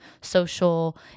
social